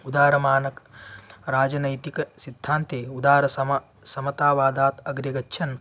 उदारमानक् राजनैतिकसिद्धान्ते उदासम समतावादात् अग्रे गच्छन्